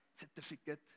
Certificate